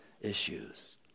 issues